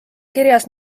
kirjas